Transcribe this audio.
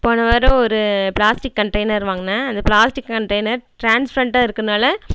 இப்போ நான் வேறு ஒரு பிளாஸ்டிக் கன்டெய்னர் வாங்கின அந்த பிளாஸ்டிக் கன்டெய்னர் ட்ரான்ஸ்பரண்ட்டாக இருக்கிறனால